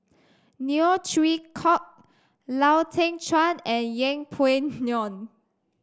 Neo Chwee Kok Lau Teng Chuan and Yeng Pway Ngon